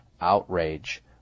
outrage